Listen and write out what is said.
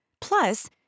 Plus